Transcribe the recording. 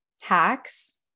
Hacks